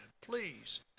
please